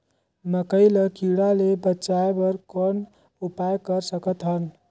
मकई ल कीड़ा ले बचाय बर कौन उपाय कर सकत हन?